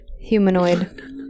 Humanoid